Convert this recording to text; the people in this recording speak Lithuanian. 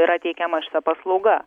yra teikiama šita paslauga